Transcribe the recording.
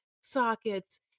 sockets